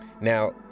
now